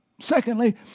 Secondly